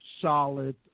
solid